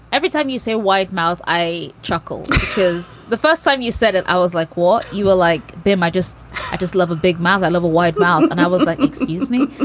every time you say a wide mouth, i chuckle because the first time you said it, i was like, what, you will like them. i just i just love a big mouth. i love a wide mouth. and i was like, excuse me.